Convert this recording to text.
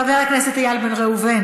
חבר הכנסת איל בן ראובן,